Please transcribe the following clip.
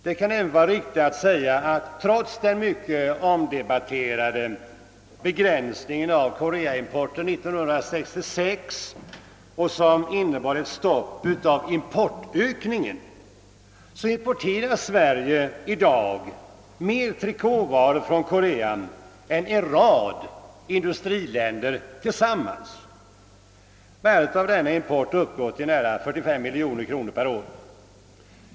Det kan även vara riktigt att säga att trots den mycket omdiskuterade begränsningen av koreaimporten 1966, som innebär ett stopp av importökningen, importerar Sverige i dag mer trikåvaror från Korea än en rad industriländer tillsammans. Värdet av denna import uppgår till nära 45 miljoner kronor per år.